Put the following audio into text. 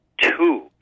Two